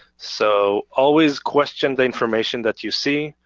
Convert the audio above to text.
so always question the information that you see.